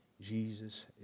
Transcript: Jesus